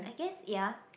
I guess ya